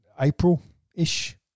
April-ish